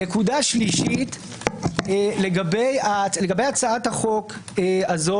נקודה שלישית לגבי הצעת החוק הזאת